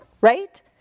right